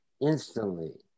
instantly